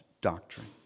doctrine